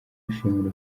ashimira